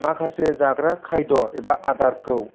माखासे जाग्रा खायद' एबा आदारखौ